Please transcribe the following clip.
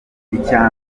icya